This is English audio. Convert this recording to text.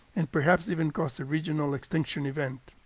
and perhaps even cause a regional extinction event.